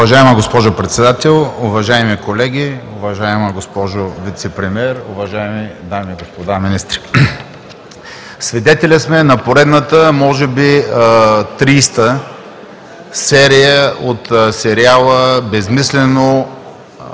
Уважаема госпожо Председател, уважаеми колеги, уважаема госпожо Вицепремиер, уважаеми дами и господа министри! Свидетели сме на поредната може би 30-та серия от сериала „безсмислено